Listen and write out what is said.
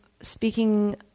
speaking